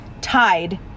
tied